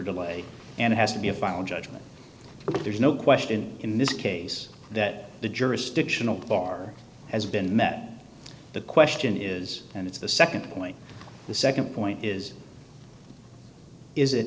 delay and has to be a final judgment there's no question in this case that the jurisdictional bar has been met the question is and it's the nd point the nd point is is it